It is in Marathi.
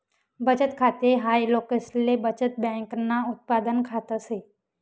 बचत खाते हाय लोकसले बचत बँकन उत्पादन खात से